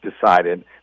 decided